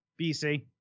BC